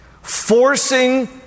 forcing